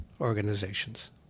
organizations